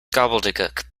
gobbledegook